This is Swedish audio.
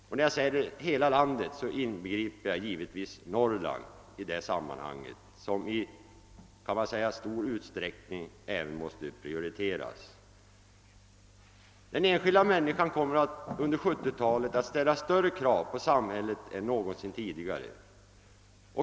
Och när jag säger »hela landet« inbegriper jag givetvis Norrland, som i ganska stor utsträckning även måste prioriteras. Den enskilda människan kommer under 1970-talet att ställa större krav på samhället än någonsin tidigare.